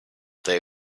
they